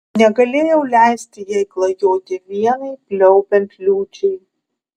negalėjau leisti jai klajoti vienai pliaupiant liūčiai